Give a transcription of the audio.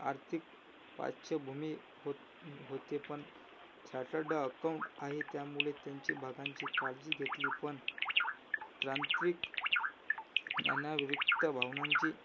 आर्थिक पाश्चभुमी हो होते पण चार्टर्ड अकाऊंट आहे त्यामुळे त्यांची भागांची काळजी घेतली पण तांत्रिक ज्ञानाव्रिक्त भावनांची